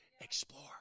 explore